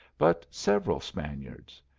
but several spaniards.